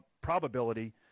probability